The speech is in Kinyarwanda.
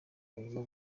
arimo